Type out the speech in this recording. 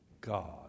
God